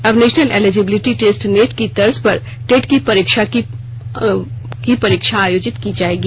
अब national eligibility test NET की तर्ज पर टेट की परीक्षाकी परीक्षा आयोजित की जाएगी